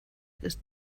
ist